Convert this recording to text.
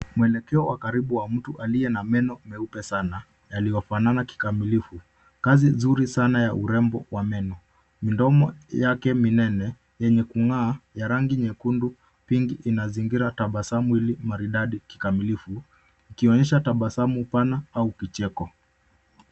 Mwelekeo wa karibu wa mtu aliye na meno meupe sana, yaliyofanana kikamilifu. Kazi nzuri sana ya urembo wa meno. Midomo yake minene yenye kungaa, ya rangi nyekundu ,pinki inazingira tabasamu hili maridadi kikamilifu, ikionyesha tabasamu pana au kicheko.